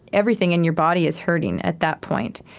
everything in your body is hurting at that point.